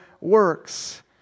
works